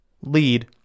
lead